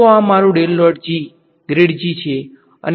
તો આ મારું છે અને આ મારું v છે